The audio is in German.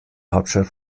hauptstadt